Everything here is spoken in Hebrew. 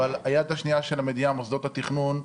אבל היד השנייה של המדינה, מוסדות התכנון,